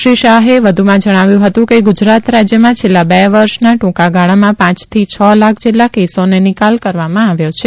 શ્રી શાહે વધુમાં જણાવ્યું હતું કે ગુજરાત રાજ્યમાં છેલ્લા બે વર્ષના ટ્રંકાગાળામાં પાંચ થી છ લાખ જેટલા કેસોને નિકાલ કરવામાં આવ્યો છે